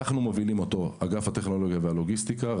אגף הטכנולוגיה והלוגיסטיקה מוביל את הפרויקט.